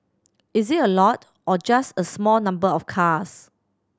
is it a lot or just a small number of cars